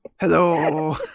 Hello